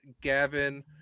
gavin